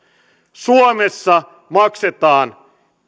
suomessa maksetaan